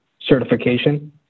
certification